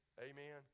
Amen